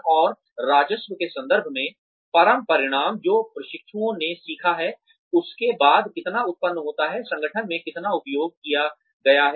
और राजस्व के संदर्भ में परम परिणाम जो प्रशिक्षुओं ने सीखा हैउसके बाद कितना उत्पन्न होता है संगठन में कितना उपयोग किया गया है